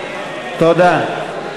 תודה.